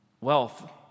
Wealth